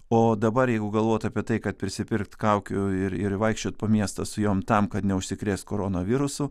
o dabar jeigu galvot apie tai kad prisipirkt kaukių ir ir vaikščiot po miestą su jom tam kad neužsikrėst koronavirusu